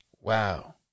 wow